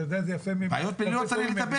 אתה יודע את זה יפה --- בעיות --- צריך לטפל בזה.